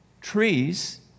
trees